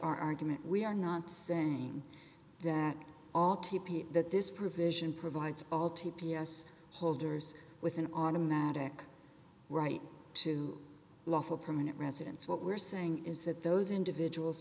argument we are not saying that all t p that this provision provides all t p s holders with an automatic right to lawful permanent residence what we're saying is that those individuals